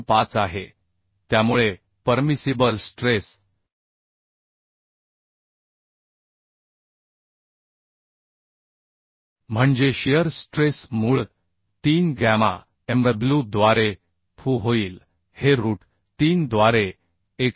25 आहे त्यामुळे परमिसिबल स्ट्रेसम्हणजे शिअर स्ट्रेस मूळ 3 गॅमा mw द्वारे fu होईल हे रूट 3 द्वारे 189